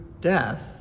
death